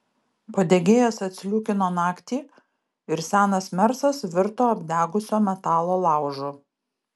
padegėjas atsliūkino naktį ir senas mersas virto apdegusio metalo laužu